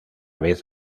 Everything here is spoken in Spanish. vez